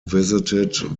visited